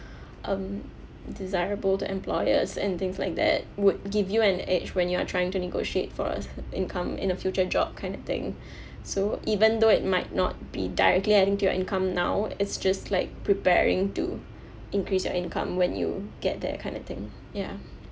um desirable to employers and things like that would give you an edge when you are trying to negotiate for uh income in a future job kind of thing so even though it might not be directly adding to your income now it's just like preparing to increase your income when you get that kind of thing ya